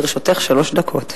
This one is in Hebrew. לרשותך שלוש דקות.